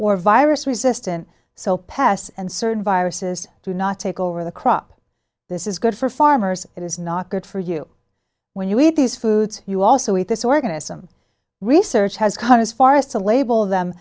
or virus resistant so pests and certain viruses do not take over the crop this is good for farmers it is not good for you when you eat these foods you also eat this organism research has come as far as to label them